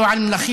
לא על מלכים,